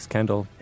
Kendall